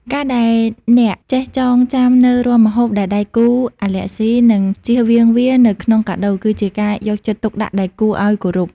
ការដែលអ្នកចេះចងចាំនូវរាល់ម្ហូបដែលដៃគូអាឡែហ្ស៊ី និងចៀសវាងវានៅក្នុងកាដូ គឺជាការយកចិត្តទុកដាក់ដែលគួរឱ្យគោរព។